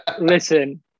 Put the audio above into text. listen